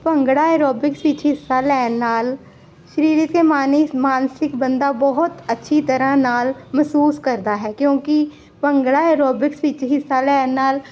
bhangra aerobics ਵਿੱਚ ਹਿੱਸਾ ਲੈਣ ਨਾਲ ਸਰੀਰਿਕ ਜਾਂ ਮਾਨਸਿਕ ਮਾਨਸਿਕ ਬੰਦਾ ਬਹੁਤ ਅੱਛੀ ਤਰ੍ਹਾਂ ਨਾਲ ਮਹਿਸੂਸ ਕਰਦਾ ਹੈ ਕਿਉਂਕਿ ਭੰਗੜਾ ਐਰੋਬਿਕਸ ਵਿੱਚ ਹਿੱਸਾ ਲੈਣ ਨਾਲ